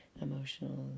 emotional